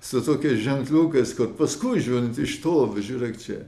su tokiais ženkliukais kad paskui žiūrint iš tolo žiūrėk čia